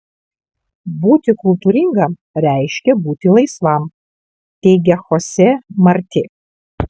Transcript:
būti kultūringam reiškia būti laisvam teigia chose marti